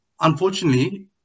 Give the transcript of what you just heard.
unfortunately